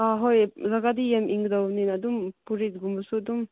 ꯑꯥ ꯍꯣꯏ ꯖꯒꯥꯗꯤ ꯌꯥꯝ ꯏꯪꯒꯗꯧꯕꯅꯤꯅ ꯑꯗꯨꯝ ꯐꯨꯔꯤꯠꯀꯨꯝꯕꯁꯨ ꯑꯗꯨꯝ